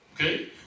Okay